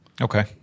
Okay